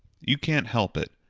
you can't help it,